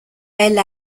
elle